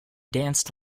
danced